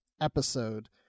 episode